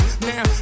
now